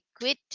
liquid